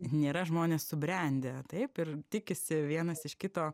nėra žmonės subrendę taip ir tikisi vienas iš kito